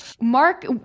Mark